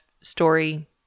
story